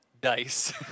dice